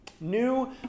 New